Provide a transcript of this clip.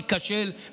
תיכשל,